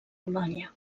bolonya